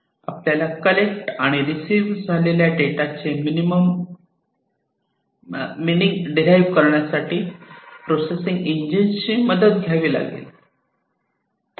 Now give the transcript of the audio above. आपल्याला कलेक्ट आणि रिसीव्ह झालेल्या डेटाचे मिनिंग डिराईव्ह करण्यासाठी प्रोसेसिंग इंजिनची मदत घ्यावी लागेल